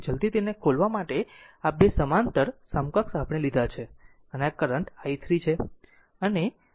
જલદી તેને ખોલવા માટે આ 2 સમાંતર સમકક્ષ આપણે લીધા છે અને આ કરંટ i3 છે